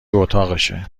اتاقشه